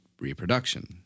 reproduction